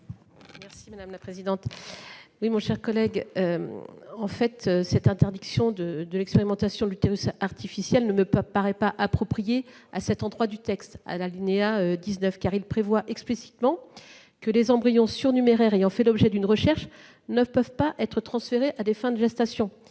l'avis de la commission spéciale ? Cette interdiction de l'expérimentation de l'utérus artificiel ne me paraît pas appropriée à cet endroit du texte, car l'alinéa 19 prévoit déjà explicitement que les embryons surnuméraires ayant fait l'objet d'une recherche ne peuvent être transférés à des fins de gestation.